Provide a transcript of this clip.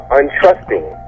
untrusting